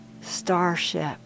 starship